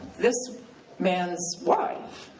this man's wife,